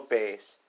base